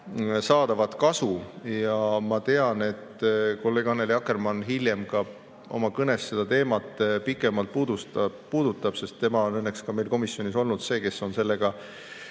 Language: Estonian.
tekkivat kasu. Ma tean, et kolleeg Annely Akkermann hiljem ka oma kõnes seda teemat pikemalt puudutab, sest tema on õnneks ka meil komisjonis olnud see, kes on sellega